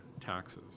taxes